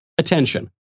Attention